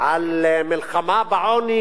על מלחמה בעוני,